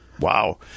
Wow